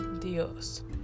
Dios